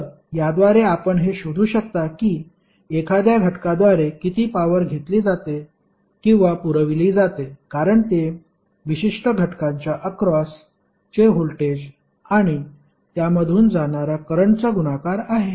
तर याद्वारे आपण हे शोधू शकता की एखाद्या घटकाद्वारे किती पॉवर घेतली जाते किंवा पुरवली जाते कारण ते विशिष्ट घटकांच्या अक्रॉस चे व्होल्टेज आणि त्यामधून जाणारा करंटचा गुणाकार आहे